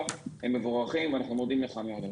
הם מבורכים ואנחנו מודים לך מאוד על כך.